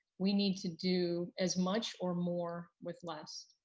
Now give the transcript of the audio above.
we need to do as much or more with less,